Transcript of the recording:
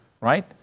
right